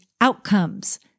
outcomes